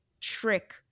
trick